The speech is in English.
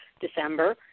December